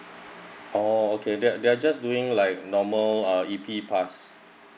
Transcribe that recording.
oh okay they're they are just doing like normal uh E_P pass